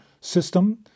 system